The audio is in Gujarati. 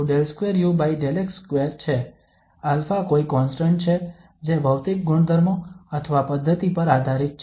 તો આ 𝜕u𝜕tα𝜕2u𝜕x2 છે α કોઈ કોન્સ્ટંટ છે જે ભૌતિક ગુણધર્મો અથવા પદ્ધતિ પર આધારિત છે